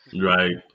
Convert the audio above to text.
Right